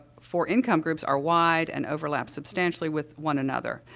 for income groups are wide and overlap substantially with one another,